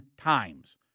times